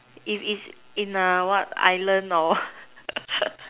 if is in a what island or